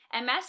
MS